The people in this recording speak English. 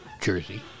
jersey